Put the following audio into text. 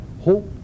hope